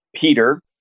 Peter